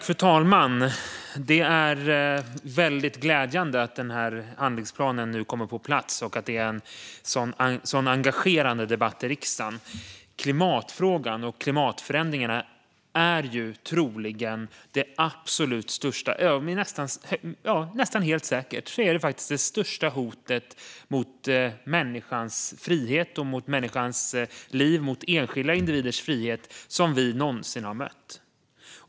Fru talman! Det är glädjande att handlingsplanen kommer på plats och att det är en så engagerad debatt i riksdagen. Klimatfrågan och klimatförändringarna är troligen, nästan helt säkert, det största hotet mot enskilda individers frihet och liv som vi någonsin har mött.